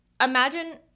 imagine